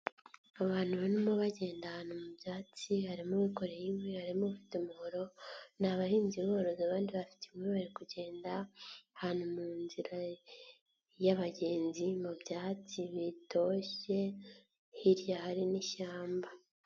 Abantu barimo bagenda ahantu mu byatsi harimo uwikoreye inkwi, harimo ufite umuhoro, ni abahinzi borozi anbandi bafite inkwi barimo kugenda, ahantu munzira yabagenzi mubyatsi bitoshye, hirya hari nishyamba.